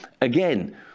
again